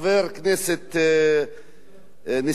הכנסת נסים זאב,